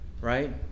Right